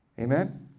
Amen